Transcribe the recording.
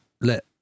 let